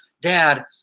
dad